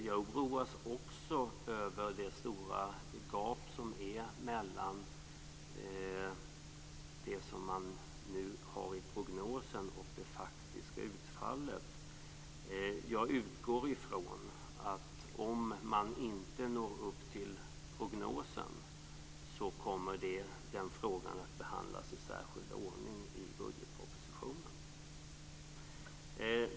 Jag oroas också av det stora gap som finns mellan det som man nu har i prognosen och det faktiska utfallet. Jag utgår ifrån att om man inte når upp till prognosen så kommer den frågan att behandlas i särskild ordning i budgetpropositionen.